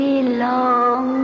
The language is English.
belong